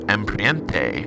Empriente